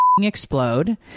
explode